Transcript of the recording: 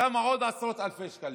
של עוד כמה עשרות אלפי שקלים.